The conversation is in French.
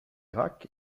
irak